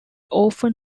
often